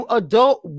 adult